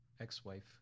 ex-wife